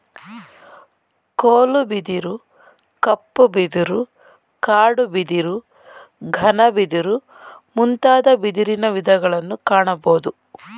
ಕೋಲು ಬಿದಿರು, ಕಪ್ಪು ಬಿದಿರು, ಕಾಡು ಬಿದಿರು, ಘನ ಬಿದಿರು ಮುಂತಾದ ಬಿದಿರಿನ ವಿಧಗಳನ್ನು ಕಾಣಬೋದು